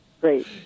Great